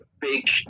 big